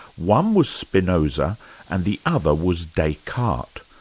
one was spinoza and the other was descartes.